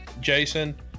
Jason